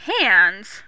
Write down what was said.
hands